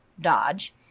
Dodge